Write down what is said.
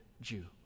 Jew